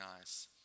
eyes